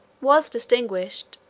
was distinguished,